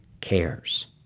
cares